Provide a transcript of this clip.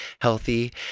healthy